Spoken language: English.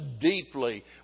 deeply